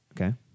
Okay